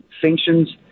sanctions